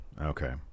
Okay